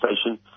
Station